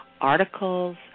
articles